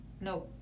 no